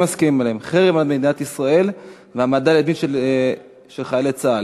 מסכימים עליהם חרם על מדינת ישראל והעמדה לדין של חיילי צה"ל.